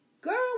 Girl